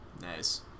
nice